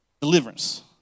deliverance